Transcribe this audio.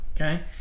Okay